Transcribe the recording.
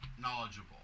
knowledgeable